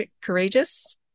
courageous